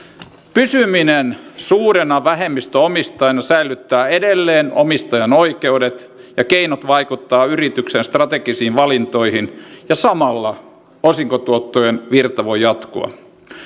pysyminen suurena vähemmistöomistajana säilyttää edelleen omistajan oikeudet ja keinot vaikuttaa yrityksen strategisiin valintoihin ja samalla osinkotuottojen virta voi jatkua